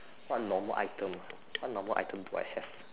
what normal item what normal item do I have